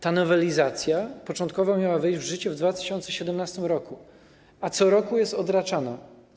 Ta nowelizacja początkowo miała wejść w życie w 2017 r., a co roku jest odraczana.